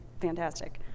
fantastic